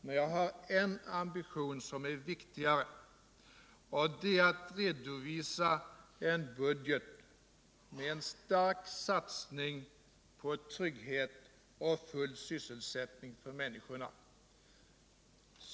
Men jag har också en ambition som är viktigare, och det är att redovisa en budget med en stark satsning på trygghet och full sysselsättning åt människorna.